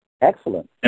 Excellent